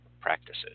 practices